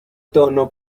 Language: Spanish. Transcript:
tono